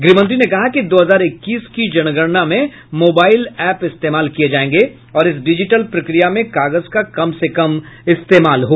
गृहमंत्री ने कहा कि दो हजार इक्कीस की जनगणना में मोबाइल एप इस्तेमाल किए जाएंगे और इस डिजिटल प्रक्रिया में कागज का कम से कम इस्तेमाल होगा